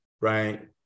Right